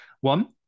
One